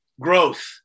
growth